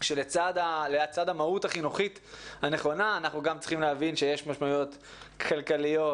שלצד המהות החינוכית הנכונה אנחנו גם צריכים להבין שיש משמעויות כלכליות